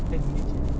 ten minutes sia